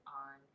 on